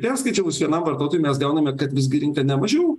perskaičiavus vienam vartotojui mes gauname kad visgi rinka ne mažiau